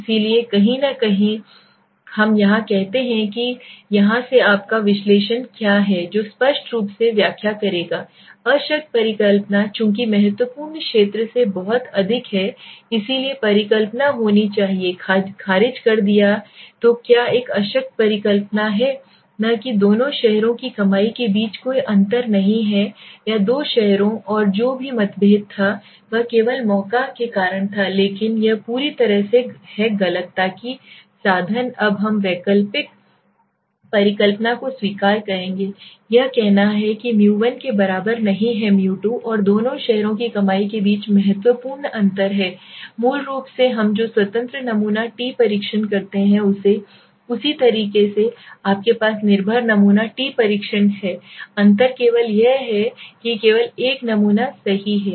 इसलिए कहीं न कहीं हम यहां कहते हैं कि ठीक है यहां से आपका विश्लेषण क्या है जो स्पष्ट रूप से व्याख्या करेगा अशक्त परिकल्पना चूंकि महत्वपूर्ण क्षेत्र क्षेत्र से बहुत अधिक है इसलिए परिकल्पना होनी चाहिए खारिज कर दिया तो क्या एक अशक्त परिकल्पना है न कि दोनों शहरों की कमाई के बीच कोई अंतर नहीं है या दो शहरों और जो भी मतभेद था वह केवल मौका के कारण था लेकिन यह पूरी तरह से है गलत ताकि साधन अब हम वैकल्पिक परिकल्पना को स्वीकार करेंगे यह कहना है किμ1के बराबर नहीं हैμ2 और दोनों शहरों की कमाई के बीच महत्वपूर्ण अंतर है मूल रूप से हम जो स्वतंत्र नमूना टी परीक्षण करते हैं उसी तरह आपके पास निर्भर नमूना टी परीक्षण है अंतर केवल यह है कि केवल एक नमूना समूह है